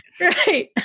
Right